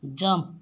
jump